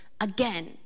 again